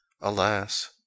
Alas